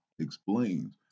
explains